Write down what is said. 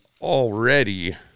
already